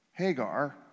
Hagar